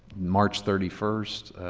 march thirty first?